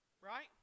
Right